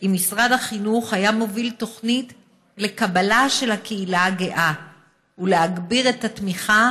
אם משרד החינוך היה מוביל תוכנית לקבלה של הקהילה הגאה ולהגברת התמיכה